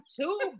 two